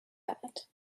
that